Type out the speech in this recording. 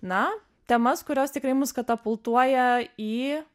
na temas kurios tikrai mus katapultuoja į